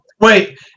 wait